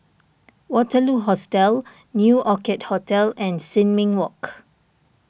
Waterloo Hostel New Orchid Hotel and Sin Ming Walk